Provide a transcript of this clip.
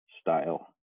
style